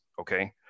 okay